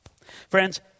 Friends